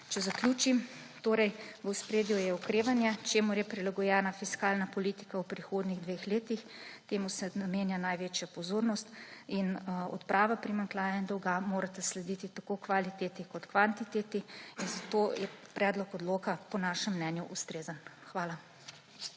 Če zaključim. V ospredju je okrevanje, čemur je prilagojena fiskalna politika v prihodnjih dveh letih, temu se namenja največja pozornost. Odprava primanjkljaja in dolga morata slediti tako kvaliteti kot kvantiteti, zato je predlog odloka po našem mnenju ustrezen. Hvala.